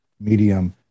medium